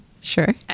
Sure